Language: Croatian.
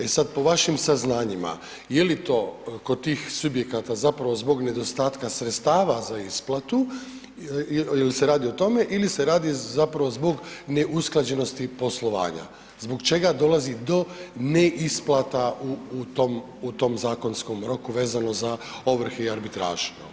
E sad po vašim saznanjima, je li to kod tih subjekata zapravo zbog nedostatka sredstava za isplatu, ili se radi o tome, ili se radi zapravo zbog neusklađenosti poslovanja, zbog čega dolazi do neisplata u tom zakonsku roku vezano za ovrhe i arbitražu?